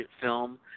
film